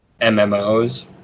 MMOs